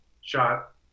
shot